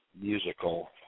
musical